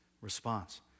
response